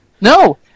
No